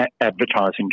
advertising